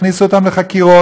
הכניסו אותם לחקירות.